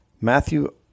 Matthew